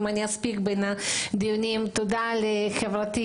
תודה לחברתי,